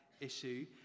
issue